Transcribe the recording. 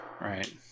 Right